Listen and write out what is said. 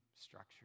structure